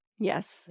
Yes